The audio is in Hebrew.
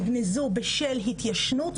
נגנזו בשל התיישנות,